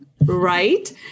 right